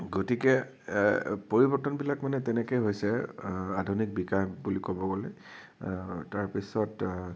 গতিকে পৰিৱৰ্তনবিলাক মানে তেনেকে হৈছে আধুনিক বিকাশ বুলি ক'ব গ'লে তাৰপিছত